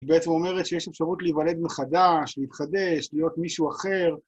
היא בעצם אומרת שיש אפשרות להיוולד מחדש, להתחדש, להיות מישהו אחר.